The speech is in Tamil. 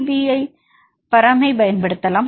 பி பராமைப் பயன்படுத்தலாம்